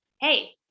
hey